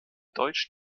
deutsch